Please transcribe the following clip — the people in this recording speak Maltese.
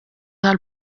tal